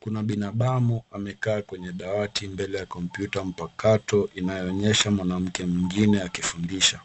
Kuna binadamu amekaa kwenye dawati mbele ya kompyuta mpakato inayoonyesha mwanamke mwengine akifundisha.